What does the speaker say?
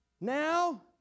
now